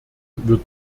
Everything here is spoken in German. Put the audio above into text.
wird